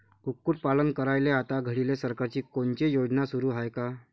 कुक्कुटपालन करायले आता घडीले सरकारची कोनची योजना सुरू हाये का?